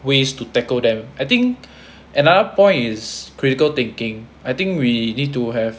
ways to tackle them I think at my point is critical thinking I think we need to have